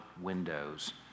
windows